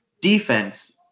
defense